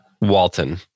Walton